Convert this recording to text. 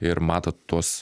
ir matot tuos